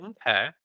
okay